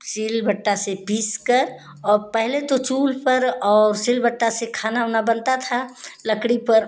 seal बट्टा से पीसकर और पहले तो चूल्हे पर और सिल बट्टा से खाना ओना बनता था लकड़ी पर